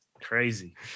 Crazy